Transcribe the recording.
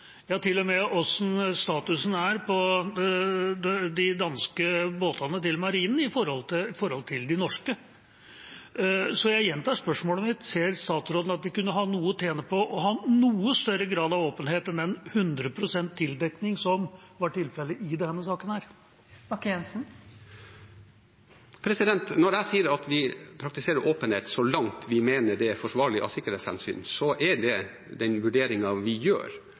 ja, til og med hvordan statusen er på de danske båtene til marinen i forhold til de norske. Så jeg gjentar spørsmålet mitt: Ser statsråden at vi kunne ha noe å tjene på å ha noe større grad av åpenhet enn den 100 pst. tildekning som var tilfellet i denne saken? Når jeg sier at vi praktiserer åpenhet så langt vi mener det er forsvarlig av sikkerhetshensyn, er det den vurderingen vi gjør.